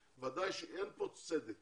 אין כאן צדק